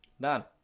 Done